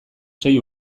sei